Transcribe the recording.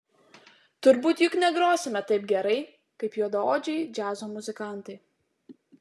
turbūt juk negrosime taip gerai kaip juodaodžiai džiazo muzikantai